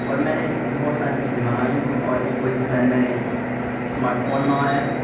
اور میں نے بہت ساری چیزیں منگائی ہیں اور ابھی کچھ دن پہلے میں نے اسمارٹ فون منگایا ہے